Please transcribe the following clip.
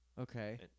Okay